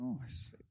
Nice